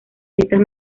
estas